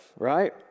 Right